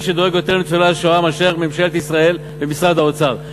מי שדואג לניצולי השואה יותר מממשלת ישראל ומשרד האוצר.